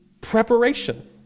preparation